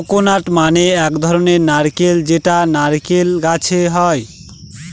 coconut মানে এক ধরনের নারকেল যেটা নারকেল গাছে হয়